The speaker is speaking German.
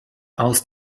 aus